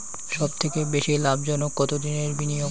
সবথেকে বেশি লাভজনক কতদিনের বিনিয়োগ?